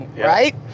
right